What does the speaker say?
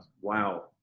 wow